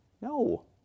No